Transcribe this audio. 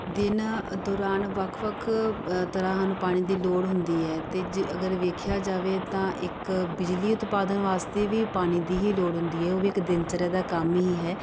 ਦਿਨ ਦੌਰਾਨ ਵੱਖ ਵੱਖ ਤਰ੍ਹਾਂ ਸਾਨੂੰ ਪਾਣੀ ਦੀ ਲੋੜ ਹੁੰਦੀ ਹੈ ਅਤੇ ਜੇ ਅਗਰ ਵੇਖਿਆ ਜਾਵੇ ਤਾਂ ਇੱਕ ਬਿਜਲੀ ਉਤਪਾਦਨ ਵਾਸਤੇ ਵੀ ਪਾਣੀ ਦੀ ਹੀ ਲੋੜ ਹੁੰਦੀ ਹੈ ਉਹ ਵੀ ਇੱਕ ਦਿਨ ਚਰਿਆ ਦਾ ਕੰਮ ਹੀ ਹੈ